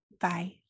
Bye